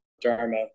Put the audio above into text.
dharma